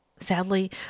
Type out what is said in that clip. Sadly